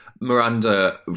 Miranda